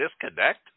disconnect